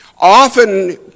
often